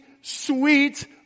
sweet